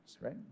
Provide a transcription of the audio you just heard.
right